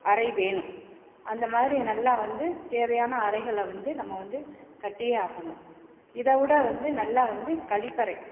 அறை வேணும் அந்த மாதிரி நல்லா வந்து தேவையான அறைகளை வந்து நம்ம வந்து கட்டியே ஆகணும் இதை விட வந்து நல்லா வந்து கழிப்பறை